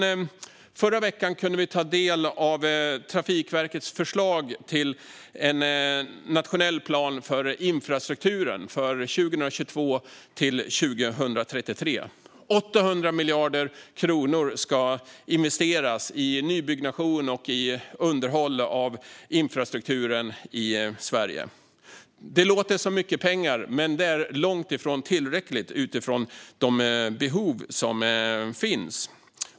I förra veckan kunde vi ta del av Trafikverkets förslag till nationell plan för infrastrukturen för 2022-2033. Det är 800 miljarder kronor som ska investeras i nybyggnation och underhåll av infrastrukturen i Sverige. Det låter som mycket pengar, men det är långt ifrån tillräckligt utifrån de behov som finns.